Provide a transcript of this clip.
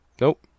Nope